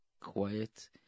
quiet